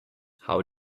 how